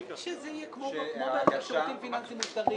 שזה יהיה כמו בשירותים פיננסיים מוסדרים.